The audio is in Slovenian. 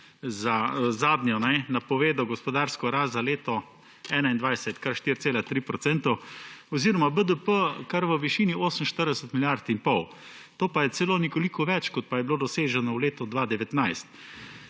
napovedih napovedal gospodarsko rast za leto 2021 kar 4,3 % oziroma BDP v višini kar 48 milijard in pol. To pa je celo nekoliko več, kot pa je bilo doseženo v letu 2019.